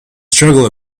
struggle